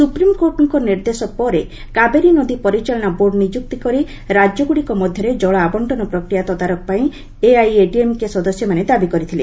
ସୁପ୍ରିମ୍କୋର୍ଟଙ୍କ ନିର୍ଦ୍ଦେଶ ପରେ କାବେରୀ ନଦୀ ପରିଚାଳନା ବୋର୍ଡ଼ ନିଯୁକ୍ତ କରି ରାଜଁଗୁଡ଼ିକ ମଧ୍ୟରେ ଜଳ ଆବଶ୍ଚନ ପ୍ରକ୍ରିୟା ତଦାରଖ ପାଇଁ ଏଆଇଏଡିଏମ୍କେ ସଦସ୍ୟମାନେ ଦାବି କରିଥିଲେ